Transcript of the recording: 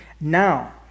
Now